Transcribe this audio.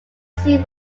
zoo